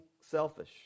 selfish